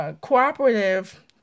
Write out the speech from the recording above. cooperative